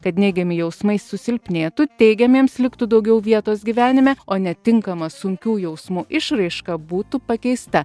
kad neigiami jausmai susilpnėtų teigiamiems liktų daugiau vietos gyvenime o netinkama sunkių jausmų išraiška būtų pakeista